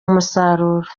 umusaruro